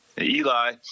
Eli